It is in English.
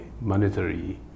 monetary